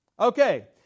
Okay